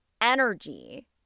energy